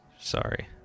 Sorry